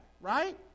right